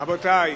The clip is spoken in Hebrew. רבותי,